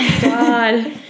God